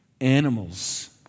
animals